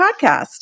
podcast